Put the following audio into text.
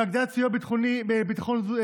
הגדלת הסיוע לביטחון תזונתי,